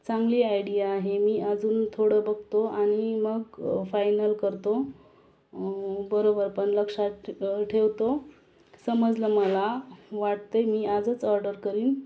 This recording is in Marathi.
चांगली आयडिया आहे मी अजून थोडं बघतो आणि मग फायनल करतो बरोबर आपण लक्षात ठेवतो समजलं मला वाटते मी आजच ऑर्डर करीन